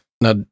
Now